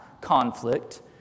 conflict